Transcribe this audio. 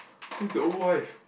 whose the old wife